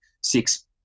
six